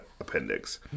appendix